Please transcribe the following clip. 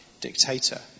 dictator